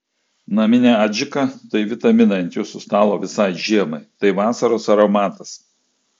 naminė adžika tai vitaminai ant jūsų stalo visai žiemai tai vasaros aromatas